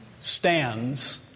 stands